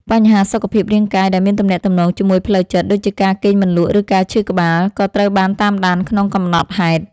បញ្ហាសុខភាពរាងកាយដែលមានទំនាក់ទំនងជាមួយផ្លូវចិត្ត ដូចជាការគេងមិនលក់ ឬការឈឺក្បាល ក៏ត្រូវបានតាមដានក្នុងកំណត់ហេតុ។